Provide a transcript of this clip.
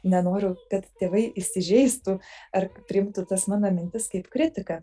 nenoriu kad tėvai įsižeistų ar priimtų tas mano mintis kaip kritiką